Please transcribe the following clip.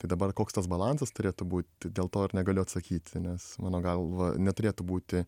tai dabar koks tas balansas turėtų būti dėl to ir negaliu atsakyti nes mano galva neturėtų būti